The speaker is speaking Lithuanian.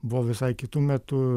buvo visai kitu metu